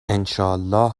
انشااله